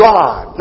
God